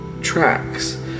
tracks